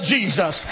Jesus